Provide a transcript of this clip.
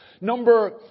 number